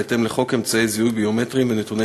בהתאם לחוק אמצעי זיהוי ביומטריים ונתוני